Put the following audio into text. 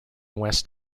west